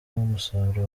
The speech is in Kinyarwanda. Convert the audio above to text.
musaruro